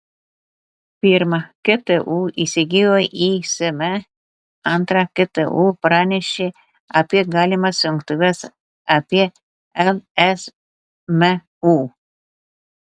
pirma ktu įsigijo ism antra ktu pranešė apie galimas jungtuves apie lsmu